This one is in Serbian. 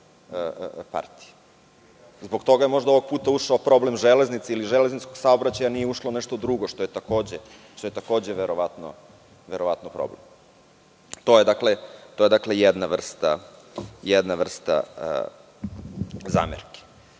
Zbog toga je ovog puta ušao problem železnice ili železničkog saobraćaja, nije ušlo nešto drugo što je takođe verovatno problem. To je dakle jedna vrsta zamerki. Nisam